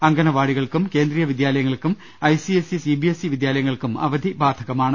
അങ്കണവാടികൾക്കും കേന്ദ്രീയ വിദ്യാലയങ്ങൾക്കും I C S E C B S E വിദ്യാലയങ്ങൾക്കും അവധി ബാധകമാണ്